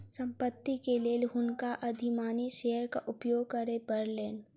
संपत्ति के लेल हुनका अधिमानी शेयरक उपयोग करय पड़लैन